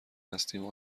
هستیم